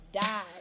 died